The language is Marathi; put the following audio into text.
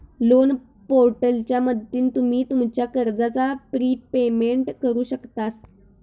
लोन पोर्टलच्या मदतीन तुम्ही तुमच्या कर्जाचा प्रिपेमेंट करु शकतास